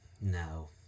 no